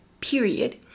period